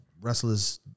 wrestlers